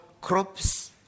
crops